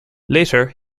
later